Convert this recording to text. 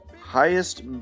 highest